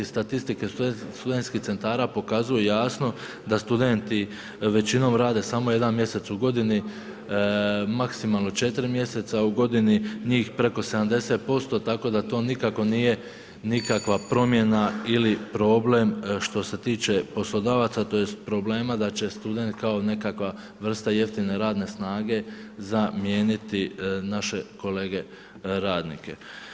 Statistike studentskih centara pokazuju jasno da studenti većinom rade samo jedan mjesec u godini, maksimalno 4 mjeseca u godini njih preko 70% tako da to nikako nije nikakva promjena ili problem što se tiče poslodavaca tj. problema da će student kao nekakva vrsta jeftine radne snage zamijeniti naše kolege radnike.